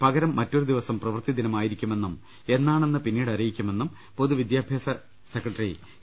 പകരം മറ്റൊരു ദിവസം പ്രവൃത്തിദിനമായിരിക്കുമെന്നും എന്നാണെന്ന് പിന്നീട് അറിയിക്കുമെന്നും പൊതുവിദ്യാഭ്യാസ സെക്രട്ടറി എ